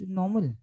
normal